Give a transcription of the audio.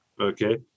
Okay